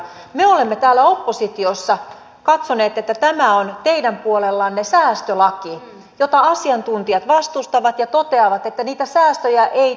me olemme täällä oppositiossa katsoneet että tämä on teidän puoleltanne säästölaki jota asiantuntijat vastustavat ja toteavat että niitä säästöjä ei synny